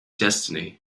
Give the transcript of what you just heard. destiny